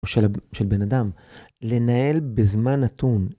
או של של בן אדם, לנהל בזמן נתון.